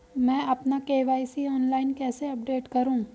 मैं अपना KYC online कैसे अपडेट करूँ?